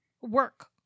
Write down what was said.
work